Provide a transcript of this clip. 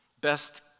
best